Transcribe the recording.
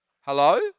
Hello